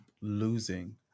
losing